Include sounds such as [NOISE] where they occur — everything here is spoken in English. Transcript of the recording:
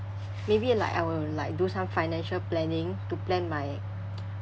maybe like I will like do some financial planning to plan my [NOISE]